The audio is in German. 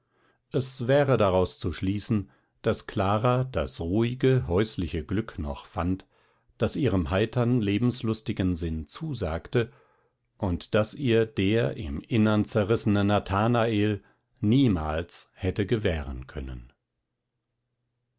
es wäre daraus zu schließen daß clara das ruhige häusliche glück noch fand das ihrem heitern lebenslustigen sinn zusagte und das ihr der im innern zerrissene nathanael niemals hätte gewähren können